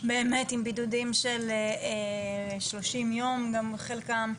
באמת עם בידודים של 30 יום חלקם.